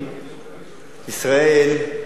ישראל,